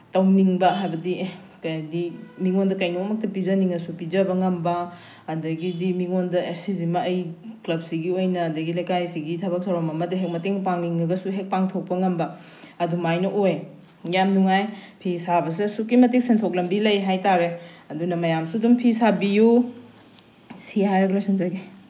ꯇꯧꯅꯤꯡꯕ ꯍꯥꯏꯕꯗꯤ ꯑꯦ ꯀꯩ ꯍꯥꯏꯗꯤ ꯃꯤꯉꯣꯟꯗ ꯀꯩꯅꯣꯝꯃꯛꯇ ꯄꯤꯖꯅꯤꯡꯉꯁꯨ ꯄꯤꯖꯕ ꯉꯝꯕ ꯑꯗꯒꯤꯗꯤ ꯃꯤꯉꯣꯟꯗ ꯑꯦ ꯁꯤꯖꯤꯃ ꯑꯩ ꯀ꯭ꯂꯕꯁꯤꯒꯤ ꯑꯣꯏꯅ ꯑꯗꯒꯤ ꯂꯩꯀꯥꯏꯁꯤꯒꯤ ꯊꯕꯛ ꯊꯧꯔꯝ ꯑꯃ ꯍꯦꯛ ꯃꯇꯦꯡ ꯄꯥꯡꯅꯤꯡꯉꯒꯁꯨ ꯍꯦꯛ ꯄꯥꯡꯊꯣꯛꯄ ꯉꯝꯕ ꯑꯗꯨꯃꯥꯏꯅ ꯑꯣꯏ ꯌꯥꯝ ꯅꯨꯡꯉꯥꯏ ꯐꯤ ꯁꯥꯕꯁꯦ ꯑꯁꯨꯛꯀꯤ ꯃꯇꯤꯛ ꯁꯦꯟꯊꯣꯛ ꯂꯝꯕꯤ ꯂꯩ ꯍꯥꯏ ꯇꯥꯔꯦ ꯑꯗꯨꯅ ꯃꯌꯥꯝꯁꯨ ꯑꯗꯨꯝ ꯄꯤ ꯁꯥꯕꯤꯌꯨ ꯁꯤ ꯍꯥꯏꯔꯒ ꯂꯣꯏꯁꯟꯖꯒꯦ